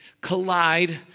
collide